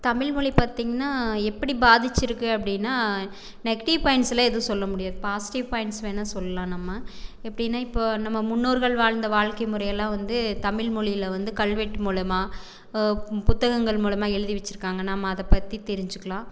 தமிழ்மொழி பார்த்தீங்னா எப்படி பாதிச்சுருக்கு அப்படின்னா நெகட்டிவ் பாயிண்ட்ஸெலாம் எதுவும் சொல்ல முடியாது பாசிட்டிவ் பாயிண்ட்ஸ் வேணால் சொல்லலாம் நம்ம எப்படின்னா இப்போது நம்ம முன்னோர்கள் வாழ்ந்த வாழ்க்கை முறையெல்லாம் வந்து தமிழ்மொழியில் வந்து கல்வெட்டு மூலமாக புத்தகங்கள் மூலமாக எழுதி வச்சுருக்காங்க நம்ம அதை பற்றி தெரிஞ்சுக்கலாம்